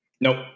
Nope